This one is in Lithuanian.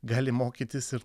gali mokytis ir